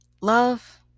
love